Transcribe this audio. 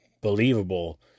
believable